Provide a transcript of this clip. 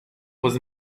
was